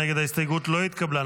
ההסתייגות לא התקבלה.